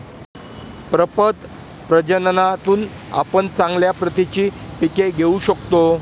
प्रपद प्रजननातून आपण चांगल्या प्रतीची पिके घेऊ शकतो